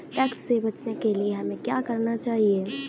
Tax से बचने के लिए हमें क्या करना चाहिए?